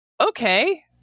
okay